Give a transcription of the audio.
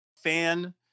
fan